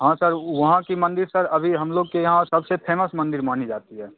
हाँ सर वो वहाँ की मंदिर सर अभी हम लोग के यहाँ सबसे फेमस मंदिर मानी जाती है